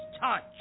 touch